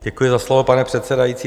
Děkuji za slovo, pane předsedající.